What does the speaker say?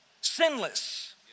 sinless